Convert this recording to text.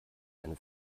eine